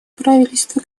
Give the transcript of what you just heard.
правительство